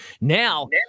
Now